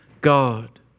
God